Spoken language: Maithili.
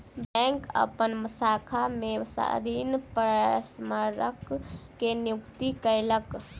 बैंक अपन शाखा में ऋण परामर्शक के नियुक्ति कयलक